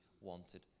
wanted